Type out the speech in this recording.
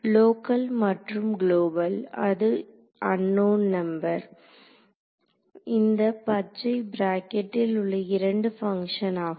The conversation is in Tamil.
லோக்கல் மற்றும் குளோபல் எது அன்னோன் நம்பர் இந்த பச்சை பிராக்கெட்டில் உள்ள இரண்டு பங்ஷன் ஆகும்